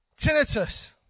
Tinnitus